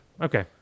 okay